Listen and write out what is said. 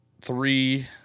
three